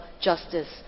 justice